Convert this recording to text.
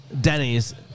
Denny's